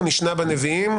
הוא נשנה בנביאים,